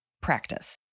practice